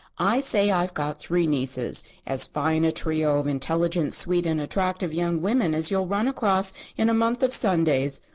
i say i've got three nieces as fine a trio of intelligent, sweet and attractive young women as you'll run across in a month of sundays.